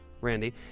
Randy